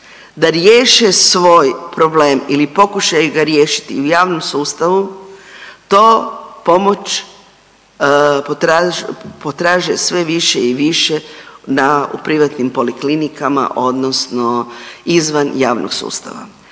da riješe svoj problem ili pokušaju ga riješiti i u javnom sustavu, to pomoć potraže, potraže sve više i više na, u privatnim poliklinikama odnosno izvan javnog sustava.